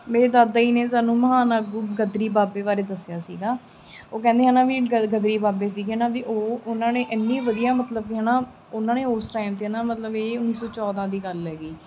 ਮੇਰੇ ਦਾਦਾ ਜੀ ਨੇ ਸਾਨੂੰ ਮਹਾਨ ਆਗੂ ਗਦਰੀ ਬਾਬੇ ਬਾਰੇ ਦੱਸਿਆ ਸੀਗਾ ਉਹ ਕਹਿੰਦੇ ਹੈ ਨਾ ਵੀ ਗਦਰੀ ਬਾਬੇ ਸੀਗੇ ਨਾ ਵੀ ਉਹ ਉਹਨਾਂ ਨੇ ਇੰਨੀ ਵਧੀਆ ਮਤਲਬ ਕਿ ਹੈ ਨਾ ਉਹਨਾਂ ਨੇ ਉਸ ਟਾਈਮ 'ਤੇ ਨਾ ਮਤਲਬ ਇਹ ਉੱਨੀ ਸੌ ਚੌਦਾਂ ਦੀ ਗੱਲ ਹੈਗੀ